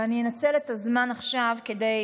ואני אנצל את הזמן עכשיו כדי